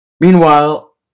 meanwhile